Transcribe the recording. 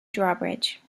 drawbridge